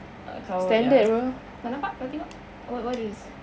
kau ya nak nampak nak tengok what what is